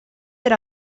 per